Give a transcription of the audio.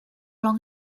long